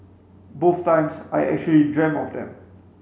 both times I actually dreamed of them